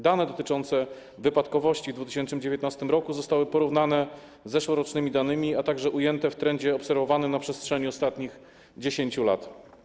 Dane dotyczące wypadkowości w 2019 r. zostały porównane z zeszłorocznymi danymi, a także ujęte w trendzie obserwowanym na przestrzeni ostatnich 10 lat.